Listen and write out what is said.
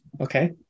Okay